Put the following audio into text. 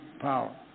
power